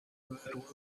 that